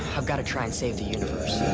i've gotta try and save the universe.